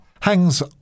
Hangs